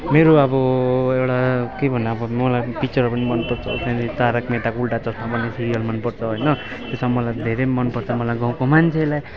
मेरो अब एउटा के भन्नु अब मलाई पिक्चर पनि मनपर्छ त्यहाँदेखि तारक मेहेताका उल्टा चस्मा भन्ने सिरियल मनपर्छ होइन त्यसमा मलाई धेरै मन पर्छ मलाई गाउँको मान्छेलाई